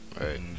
Right